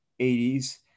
80s